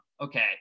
Okay